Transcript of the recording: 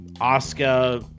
Oscar